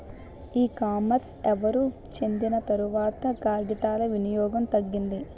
ఈ కామర్స్ ఎవరు చెందిన తర్వాత కాగితాల వినియోగం తగ్గింది